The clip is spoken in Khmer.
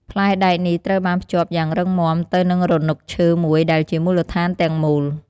ផ្លែដែកនេះត្រូវបានភ្ជាប់យ៉ាងរឹងមាំទៅនឹងរនុកឈើមួយដែលជាមូលដ្ឋានទាំងមូល។